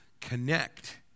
connect